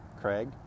Craig